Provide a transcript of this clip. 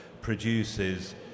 produces